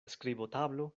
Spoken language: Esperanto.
skribotablo